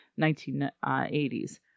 1980s